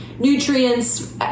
Nutrients